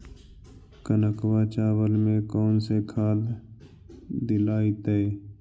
कनकवा चावल में कौन से खाद दिलाइतै?